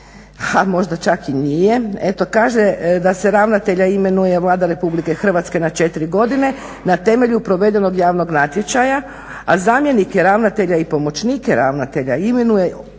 možda čak i nije, eto kaže da se ravnatelja imenuje Vlada Republike Hrvatske na 4 godine na temelju provedenog javnog natječaja, a zamjenike ravnatelja i pomoćnike ravnatelja imenuje